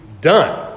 done